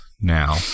now